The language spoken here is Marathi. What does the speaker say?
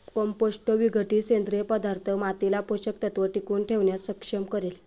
कंपोस्ट विघटित सेंद्रिय पदार्थ मातीला पोषक तत्व टिकवून ठेवण्यास सक्षम करेल